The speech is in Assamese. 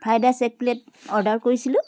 ফ্ৰাইড ৰাইচ এক প্লেট অৰ্ডাৰ কৰিছিলোঁ